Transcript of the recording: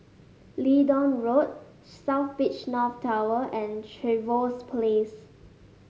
Leedon Road South Beach North Tower and Trevose Place